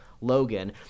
Logan